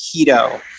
keto